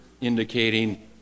indicating